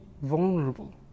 vulnerable